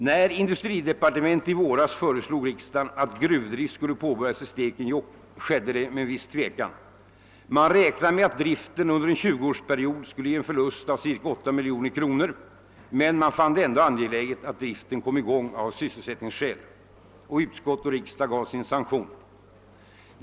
När industridepartementet i våras föreslog riksdagen att gruvdrift skulle påbörjas i Stekenjokk skedde detta med viss tvekan. Man räknade med att driften under en 20-årsperiod skulle ge en förlust av ca 8 miljoner kronor, men man fann det ändå angeläget att driften kom i gång av sysselsättningsskäl. Utskott och riksdag gav sin sanktion.